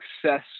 success